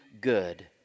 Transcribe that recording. good